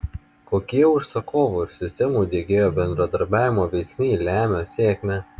kokie užsakovo ir sistemų diegėjo bendradarbiavimo veiksniai lemia sėkmę